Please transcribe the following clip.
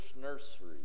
nursery